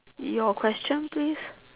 your question please